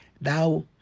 thou